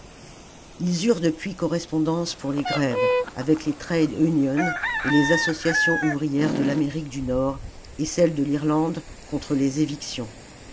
ils eurent depuis correspondance pour les grèves avec les trades union et les associations ouvrières de l'amérique du nord et celles de l'irlande contre les évictions